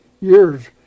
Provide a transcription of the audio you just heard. years